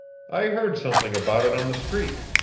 i heard something about it on the street,